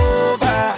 over